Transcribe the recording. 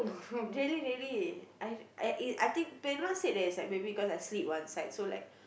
really really I I eh said that is maybe because I sleep one side so like